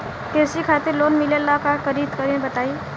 कृषि खातिर लोन मिले ला का करि तनि बताई?